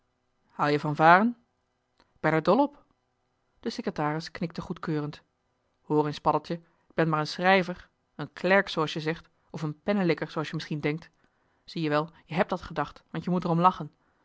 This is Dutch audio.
van varen k ben er dol op de secretaris knikte goedkeurend hoor eens paddeltje k ben maar een schrijver een klerk zooals je zegt of een pennelikker zooals je misschien denkt zie-je wel je hèbt dat gedacht want je moet er om lachen